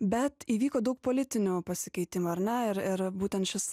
bet įvyko daug politinių pasikeitimų ar ne ir ir būtent šis